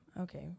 Okay